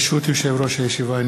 ברשות יושב-ראש הישיבה,